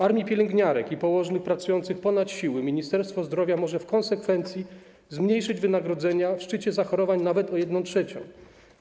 Armii pielęgniarek i położnych pracujących ponad siły Ministerstwo Zdrowia może w konsekwencji zmniejszyć wynagrodzenia w szczycie zachorowań nawet o 1/3.